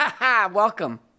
Welcome